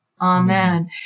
Amen